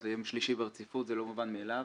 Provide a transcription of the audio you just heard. זה יום שלישי של דיונים וזה לא מובן מאליו.